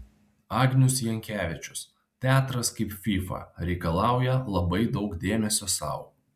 agnius jankevičius teatras kaip fyfa reikalauja labai daug dėmesio sau